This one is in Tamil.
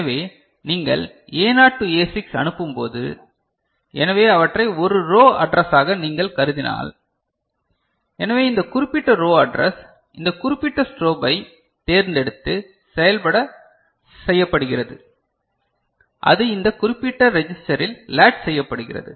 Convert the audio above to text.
எனவே நீங்கள் Aனாட் டு A6 அனுப்பும்போது எனவே அவற்றை ஒரு ரோ அட்ரஸாக நீங்கள் கருதினால் எனவே இந்த குறிப்பிட்ட ரோ அட்ரஸ் இந்த குறிப்பிட்ட ஸ்ட்ரோப்பைத் தேர்ந்தெடுத்து செயல்பட செய்யப்படுகிறது அது இந்த குறிப்பிட்ட ரெஜிஸ்டரில் லேட்ச் செய்யப்படுகிறது